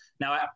Now